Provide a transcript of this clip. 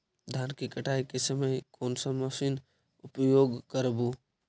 धान की कटाई के समय कोन सा मशीन उपयोग करबू?